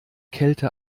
kälte